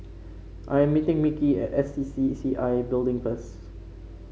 I am meeting Mickey at S C C C I Building first